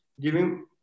giving